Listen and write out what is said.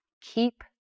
keep